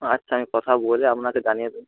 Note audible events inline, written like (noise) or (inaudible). আচ্ছা আমি কথা বলে আপনাকে জানিয়ে (unintelligible)